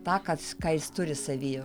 tą kas ką jis turi savy jau